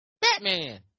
Batman